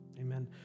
Amen